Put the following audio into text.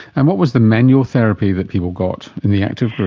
and what was the manual therapy that people got in the active group?